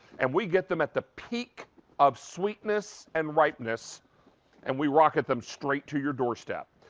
and we get them at the peak of sweetness and ripeness and we rocket them straight to your doorstep.